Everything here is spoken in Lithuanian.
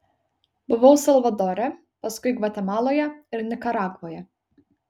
buvau salvadore paskui gvatemaloje ir nikaragvoje